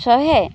ଶହେ